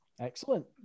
Excellent